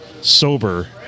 sober